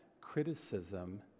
criticism